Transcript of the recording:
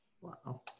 Wow